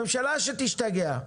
הממשלה, שתשתגע.